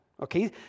okay